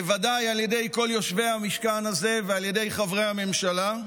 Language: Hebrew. בוודאי על ידי כל יושבי המשכן הזה ועל ידי חברי הממשלה,